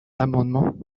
l’amendement